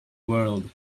world